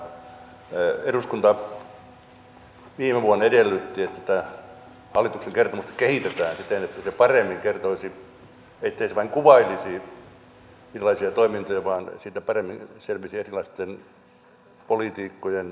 eduskunta viime vuonna edellytti että hallituksen kertomusta kehitetään siten että se paremmin kertoisi ettei se vain kuvailisi erilaisia toimintoja vaan siitä paremmin selviäisi erilaisten politiikkojen toiminnan vaikuttavuus